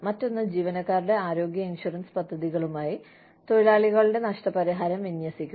മറ്റൊന്ന് ജീവനക്കാരുടെ ആരോഗ്യ ഇൻഷുറൻസ് പദ്ധതികളുമായി തൊഴിലാളിയുടെ നഷ്ടപരിഹാരം വിന്യസിക്കുക